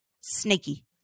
snaky